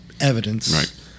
evidence